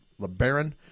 LeBaron